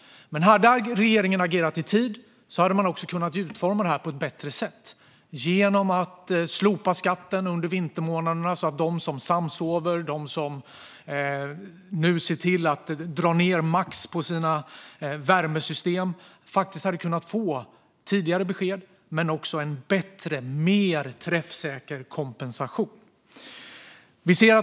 Hade regeringen agerat i tid hade man också kunnat utforma det här på ett bättre sätt genom att slopa skatten under vintermånaderna så att de som samsover och nu drar ned sina värmesystem maximalt hade kunnat få tidigare besked och även en bättre och mer träffsäker kompensation.